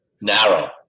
narrow